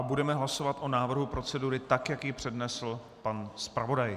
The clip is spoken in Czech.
Budeme hlasovat o návrhu procedury tak, jak ji přednesl pan zpravodaj.